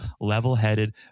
level-headed